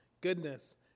goodness